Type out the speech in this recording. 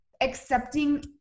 accepting